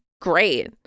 great